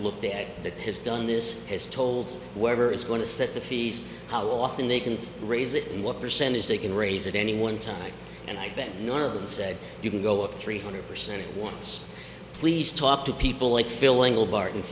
looked at that has done this has told wherever is going to set the fees how often they can raise it and what percentage they can raise at any one time and i bet none of them said you can go up three hundred percent once please talk to people like filling all bart and